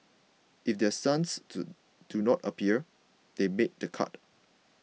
if their sons do do not appear they made the cut